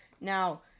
Now